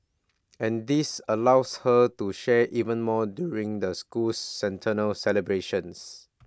and this allows her to share even more during the school's centennial celebrations